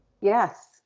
Yes